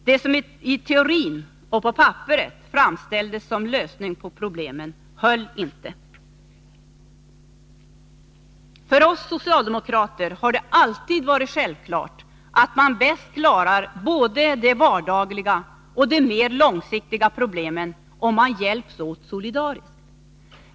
Det som i teorin och på papperet framställdes som en lösning på problemen höll inte. För oss socialdemokrater har det alltid varit självklart att man bäst klarar både de vardagliga och de mer långsiktiga problemen om man hjälps åt solidariskt.